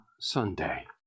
Sunday